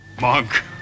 Monk